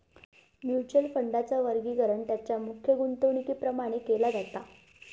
mutual फंडांचा वर्गीकरण तेंच्या मुख्य गुंतवणुकीप्रमाण केला जाता